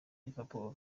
liverpool